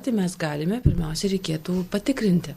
tai mes galime pirmiausia reikėtų patikrinti